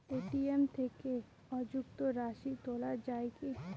ATM থেকে অযুগ্ম রাশি তোলা য়ায় কি?